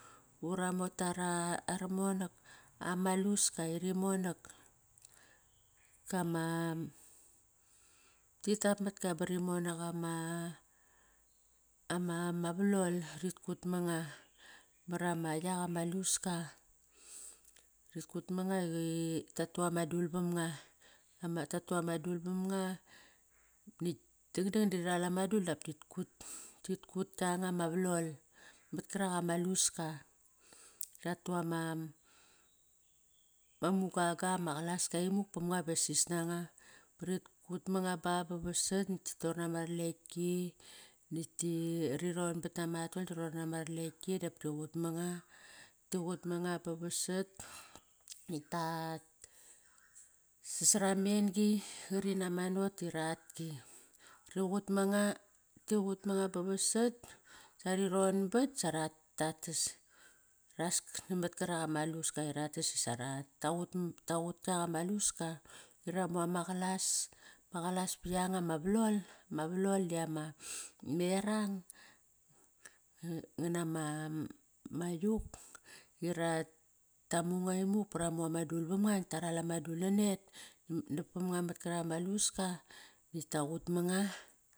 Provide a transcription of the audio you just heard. Ura mota ara, ara monak, ama luska i ri monak, ama ritap matka ba rimonak ama valol irit kut manga var ama yak ama luska. Rit kut mango iratu ama dul vam nga tatu ama dul vam nga nakt dang dang di ri ral ama dul dap tit kut. Tit kut kianga ma valol mat karak ama luska. Ratu ama muga gam ma qalaska imuk pam nga va sis nanga, ba ritkut manga ba, ba vasat, nakt tit tor nama ralekti nat ti ronbat nama atol, tiror nama ralekti dap ti qut manga. Ti qut mango ba vasat, nakt sasara ma en-gi qari nama not i rat ki. Riqut mango, tiqut mango ba vasat va rironbat sarat tas. Rat tas namot karak ama luska irat tas isara qut kiak ama lusk, ba namu ama qalas. Ma qalas pat kianga ma valol. Ma valol diam a erang, ngan nama yuk irat tumunga imuk para mu ama dul vam nga nakt taral ama dul nanet nap pam nga qarak ama luska nakt ta qut mango.